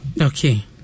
okay